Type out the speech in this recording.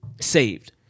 saved